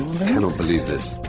cannot believe this.